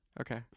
Okay